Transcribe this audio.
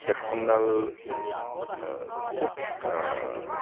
হেডফোনডাল খুব